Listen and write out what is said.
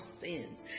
sins